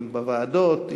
אם בוועדות,